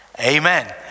Amen